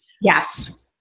Yes